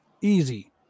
Easy